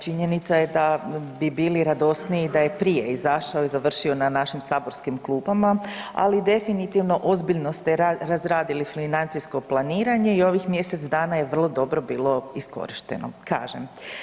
Činjenica je da bi bili radosniji da je prije izašao i završio na našim saborskim klupama, ali definitivno ozbiljno ste razradili financijsko planiranje i ovih mjesec dana je vrlo dobro bilo iskorišteno, kažem.